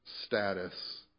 status